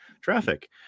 traffic